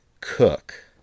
Cook